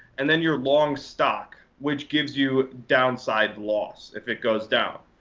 and then your long stock, which gives you downside loss if it goes down.